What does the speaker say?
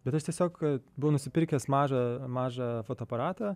bet aš tiesiog buvau nusipirkęs mažą mažą fotoaparatą